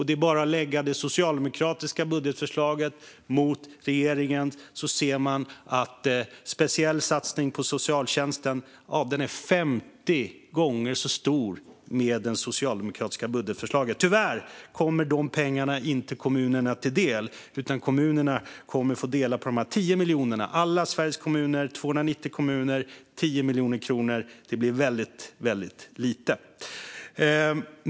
Det är bara att lägga det socialdemokratiska budgetförslaget mot regeringens så ser man att den speciella satsningen på socialtjänsten är femtio gånger så stor med det socialdemokratiska budgetförslaget. Tyvärr kommer dessa pengar inte kommunerna till del, utan de kommer att få dela på 10 miljoner. Alla Sveriges 290 kommuner ska dela på 10 miljoner kronor. Det blir väldigt, väldigt lite.